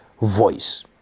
voice